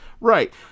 Right